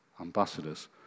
Ambassadors